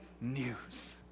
news